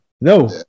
no